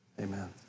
Amen